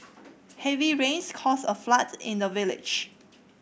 heavy rains caused a flood in the village